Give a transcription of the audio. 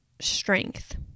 strength